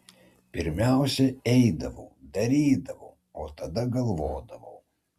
pirmiausia eidavau darydavau o tada galvodavau